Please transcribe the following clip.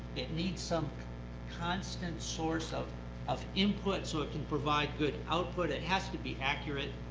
it needs some constant source of of input so it can provide good output. it has to be accurate,